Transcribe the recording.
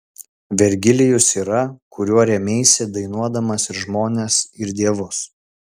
vergilijus yra kuriuo rėmeisi dainuodamas ir žmones ir dievus